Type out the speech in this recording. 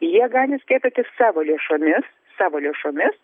jie gali skiepyti savo lėšomis savo lėšomis